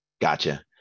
Gotcha